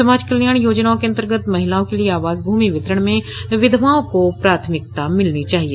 समाज कल्याण योजनाओं के अंतर्गत महिलाओं के लिए आवास भूमि वितरण में विधवाओं को प्राथमिकता मिलनी चाहिए